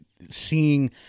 seeing